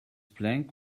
plank